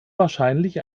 wahrscheinlich